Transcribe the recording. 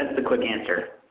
the quick answer.